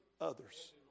others